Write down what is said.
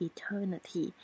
Eternity 》 ，